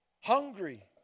hungry